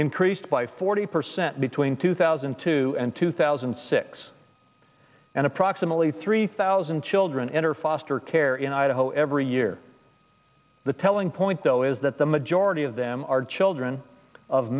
increased by forty percent between two thousand and two and two thousand and six and approximately three thousand children enter foster care in idaho every year the telling point though is that the majority of them are children of